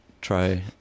try